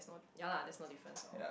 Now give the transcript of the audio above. no ya lah there's no difference lor